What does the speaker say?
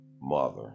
mother